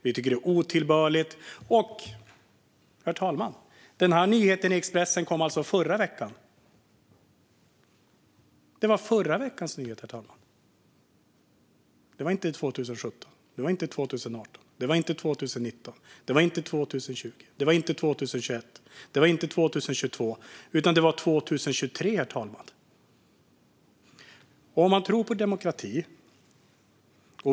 Vi tycker att det är otillbörligt. Expressens nyhet kom alltså i förra veckan. Det var inte 2017, 2018, 2019, 2020, 2021 eller 2022, utan det var 2023, herr talman. Detta är viktigt om man tror på demokratin.